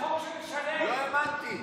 לא הבנתי.